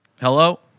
Hello